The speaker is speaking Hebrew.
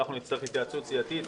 אנחנו נצטרך התייעצות סיעתית.